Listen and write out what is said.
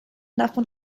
davon